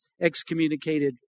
excommunicated